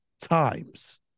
times